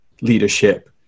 leadership